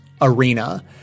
Arena